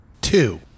Two